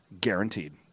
guaranteed